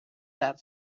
that